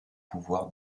pouvoir